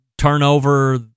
Turnover